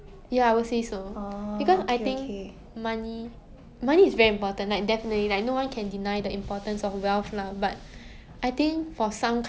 like like 我们很幸福 like we are already in a secure position where we can look at money as part of our survival but 那种比较穷的 country right